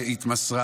שהתמסרה,